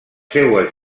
seues